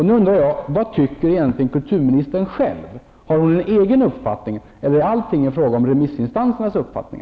Nu undrar jag: Vad tycker kulturministern själv egentligen? Har hon en egen uppfattning, eller är allting fråga om remissinstansernas uppfattning?